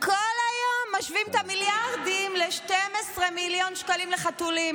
כל היום משווים את המיליארדים ל-12 מיליון שקלים לחתולים.